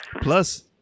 plus